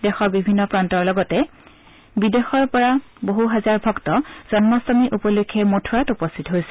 দেশৰ বিভিন্ন প্ৰান্তৰ লগতে বিদেশৰ পৰা বহু হাজাৰ ভক্ত জন্মাটমী উপলক্ষে মথুৰাত উপস্থিত হৈছে